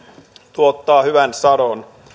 tuottaa hyvän sadon